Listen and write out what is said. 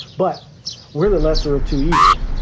but we're the lesser of two evils.